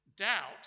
Doubt